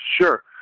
Sure